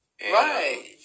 right